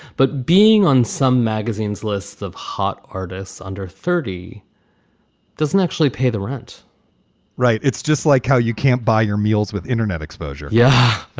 but being on some magazine's lists of hot artists under thirty doesn't actually pay the rent right. it's just like how you can't buy your meals with internet exposure. yeah,